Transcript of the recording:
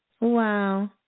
Wow